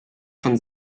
von